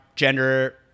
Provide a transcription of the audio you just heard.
Gender